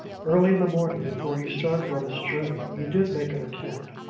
early in the morning before he started on his journey he did make an attempt,